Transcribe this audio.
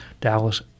Dallas